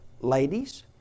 Ladies